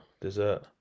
dessert